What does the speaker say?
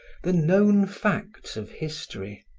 the known facts of history,